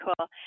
cool